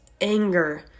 anger